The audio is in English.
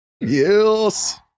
Yes